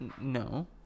No